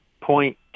point